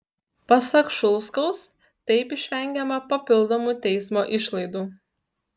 pasak šulskaus taip išvengiama papildomų teismo išlaidų